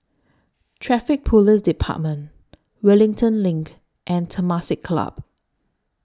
Traffic Police department Wellington LINK and Temasek Club